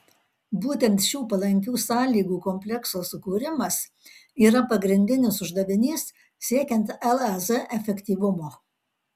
būtent šių palankių sąlygų komplekso sukūrimas yra pagrindinis uždavinys siekiant lez efektyvumo